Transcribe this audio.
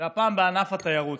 והפעם בענף התיירות.